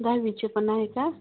दहावीचे पण आहे का